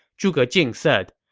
zhuge jing said,